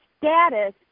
status